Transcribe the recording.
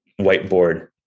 whiteboard